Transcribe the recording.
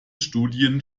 studien